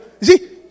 see